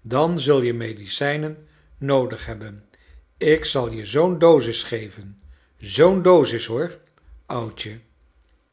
dan zul je medecijnen i noodig hebben ik zal je zoo'n do j sis geven zoo'n dosis boor i oudje